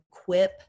equip